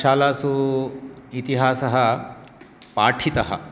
शालासु इतिहासः पाठितः